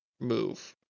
move